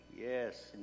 Yes